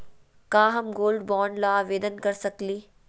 का हम gold bond ल आवेदन कर सकली?